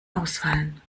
ausfallen